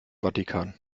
vatikan